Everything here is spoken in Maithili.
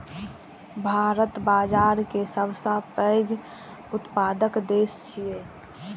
भारत बाजारा के सबसं पैघ उत्पादक देश छियै